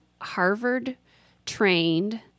Harvard-trained